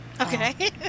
okay